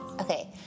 Okay